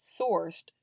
sourced